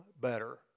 better